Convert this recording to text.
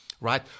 right